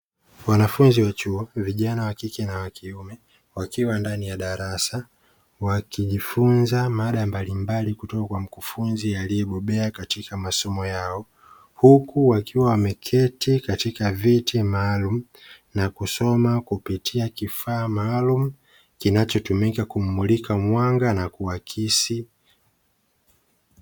Wanafunzi wa chuo vijana wa kike na kiume wakiwa ndani ya darasa wakijifunza mada mbalimbali kutoka kwa mkufunzi aliyebobea kwenye masomo yao, huku wakiwa wameketi katika viti maalumu na kusoma kupitia kifaa maalumu kinachotumika kumulika mwanga na kuakisi.